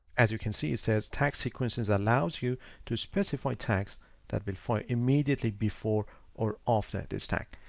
as you can see, it says tag sequences allows you to specify tags that will fire immediately before or after this tag.